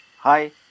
Hi